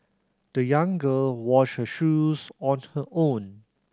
the young girl washed her shoes on her own